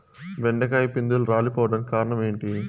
బెండకాయ పిందెలు రాలిపోవడానికి కారణం ఏంటి?